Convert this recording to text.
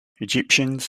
egyptians